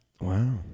Wow